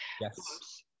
yes